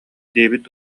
диэбит